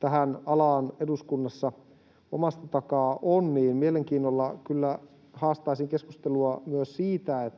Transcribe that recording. tältä alalta eduskunnassa omasta takaa on, niin mielenkiinnolla kyllä haastaisin keskustelua myös siitä,